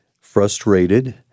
frustrated